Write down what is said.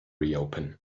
reopen